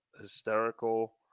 hysterical